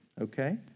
okay